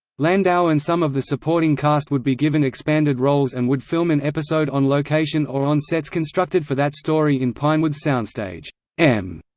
landau and some of the supporting cast would be given expanded roles and would film an episode on location or on sets constructed for that story in pinewood's soundstage m,